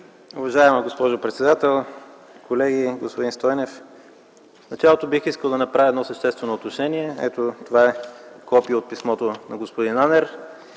Уважаема госпожо председател, колеги, господин Стойнев! В началото бих искал да направя едно съществено уточнение. Това е копие от писмото на господин Анер.